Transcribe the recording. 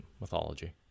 mythology